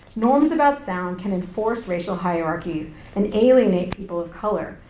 norms about sound can enforce racial hierarchies and alienate people of color,